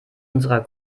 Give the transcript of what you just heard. unserer